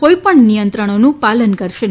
કોઈપણ નિયંત્રણોનું પાલન કરશે નહીં